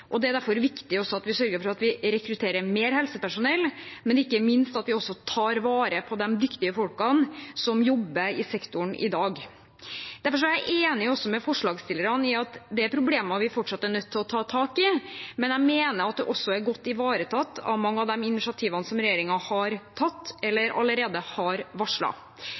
Det er derfor viktig at vi sørger for at vi rekrutterer mer helsepersonell, men ikke minst at vi også tar vare på de dyktige folkene som jobber i sektoren i dag. Derfor er jeg enig med forslagsstillerne i at det er problemer vi fortsatt er nødt til å ta tak i, men jeg mener at det også er godt ivaretatt av mange av de initiativene som regjeringen har tatt eller allerede har